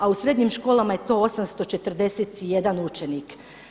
A u srednjim školama je to 841 učenik.